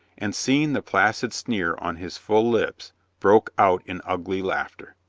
and seeing the placid sneer on his full lips broke out in ugly laughter